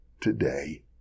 today